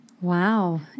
wow